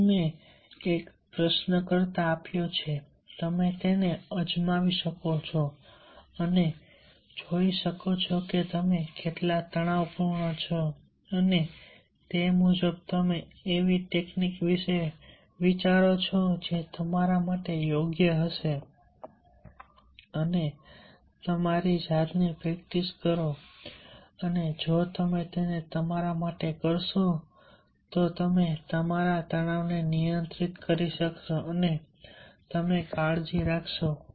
અહીં મેં એક પ્રશ્નકર્તા આપ્યો છે તમે તેને અજમાવી શકો છો અને જોઈ શકો છો કે તમે કેટલા તણાવપૂર્ણ છો અને તે મુજબ તમે એવી ટેકનિક વિશે વિચારો છો જે તમારા માટે યોગ્ય હશે અને તમારી જાતને પ્રેક્ટિસ કરો અને જો તમે તેને તમારા માટે કરશો તો તમે તમારા તણાવને નિયંત્રિત કરી શકશો અને તમે કાળજી રાખશો